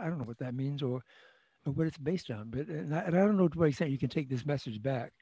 i don't know what that means or what it's based on bit and i don't know why you say you can take this message back